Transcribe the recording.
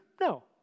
No